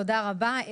תודה רבה.